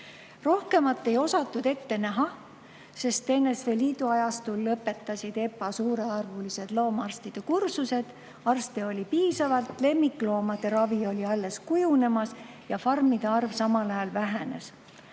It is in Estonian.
Rohkemat ei osatud ette näha, sest NSV Liidu ajastul lõpetasid EPA suurearvulised loomaarstide kursused. Arste oli piisavalt, lemmikloomade ravi oli alles kujunemas ja farmide arv samal ajal vähenes.